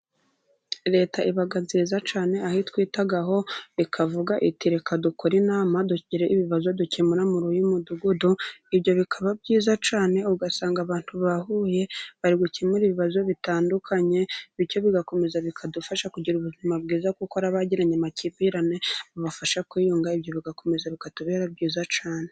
Leta iba nziza cyane aho itwitaho ikavuga iti: reka dukore inama tugire ibibazo dukemura muri uyu mudugudu, ibyo bikaba byiza cyane, ugasanga abantu bahuye bari gukemure ibibazo bitandukanye, bityo bigakomeza bikadufasha kugira ubuzima bwiza, kuko hari abagiranye amakimbirane bibafasha kwiyunga, ibyo bigakomeza bikatubera byiza cyane.